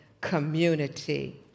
community